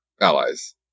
allies